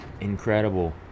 incredible